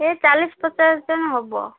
ଏ ଚାଲିଶ ପଚାଶ ଜଣ ହେବ